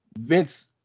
Vince